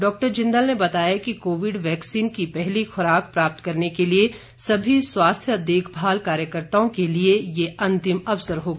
डॉ जिन्दल ने बताया कि कोविड वैक्सीन की पहली खुराक प्राप्त करने के लिए सभी स्वास्थ्य देखभाल कार्यकर्ताओं के लिए यह अन्तिम अवसर होगा